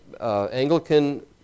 Anglican